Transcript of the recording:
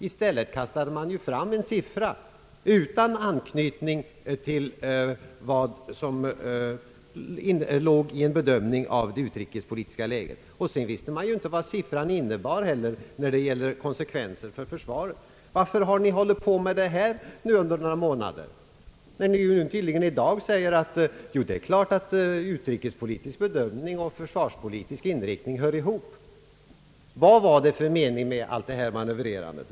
I stället kastade man fram en siffra utan anknytning till en bedömning av det utrikespolitiska läget. Man visste inte heller vad siffran innebar när det gäller konsekvenserna för försvaret. Varför har socialdemokraterna i utredningen hållit på med detta några månader, när försvarsministern tydligen i dag säger, att utrikespolitisk bedömning och försvarspolitisk inriktning hör ihop? Vad var det för mening med allt detta manövrerande?